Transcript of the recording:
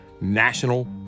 national